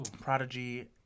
prodigy